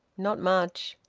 not much!